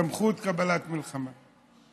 סמכות קבלת מלחמה.